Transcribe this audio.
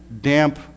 damp